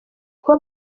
kuba